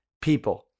people